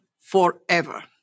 forever